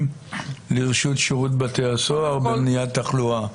לרשות שירות בתי הסוהר במניעת תחלואה?